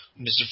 Mr